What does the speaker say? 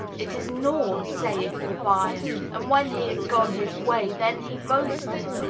it is naught, saith the buyer and when he is gone his way then he boasteth.